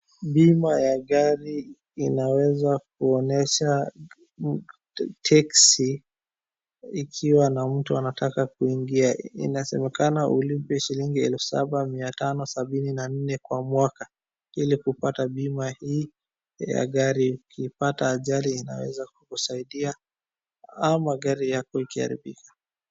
Bima ya gari inaweza kuonyesha teksi ikiwa na mtu anataka kuingia. Inasemekana ulipe shilingi elfu saba, miatano sabini na nne kwa mwaka ili kupata bima hii ya gari. UKipata ajali inaweza kukusaidia ama gari yako ikiharibika.